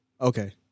Okay